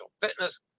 Fitness